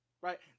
right